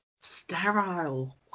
Sterile